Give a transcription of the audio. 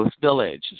Village